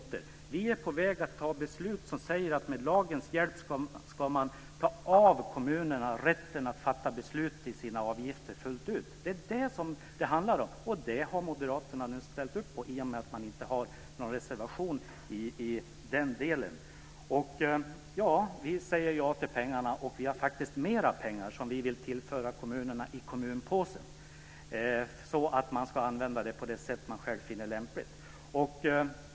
Återigen: Vi är på väg att fatta ett beslut som innebär att man med lagens hjälp avskaffar kommunernas rätt att själva fullt ut ta beslut om sina avgifter. Moderaterna har nu i och med att de inte reserverat sig på den här punkten ställt sig bakom detta. Vi säger ja till pengarna, och vi vill faktiskt tillföra mera pengar till kommunpåsen att användas på det sätt som kommunerna själva finner lämpligt.